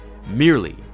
merely